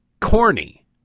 corny